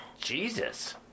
Jesus